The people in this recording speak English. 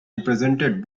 represented